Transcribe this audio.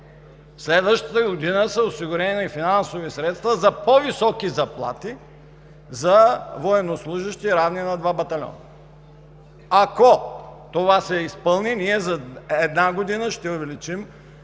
следващата година са осигурени финансови средства за по-високи заплати за военнослужещи, равни на два батальона. Ако това се изпълни, ние за една година ще увеличим